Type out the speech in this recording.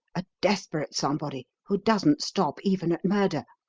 a desperate somebody, who doesn't stop even at murder.